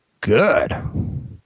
good